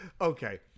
Okay